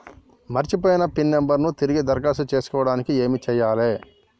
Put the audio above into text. మర్చిపోయిన PIN number ను తిరిగి దరఖాస్తు చేసుకోవడానికి ఏమి చేయాలే?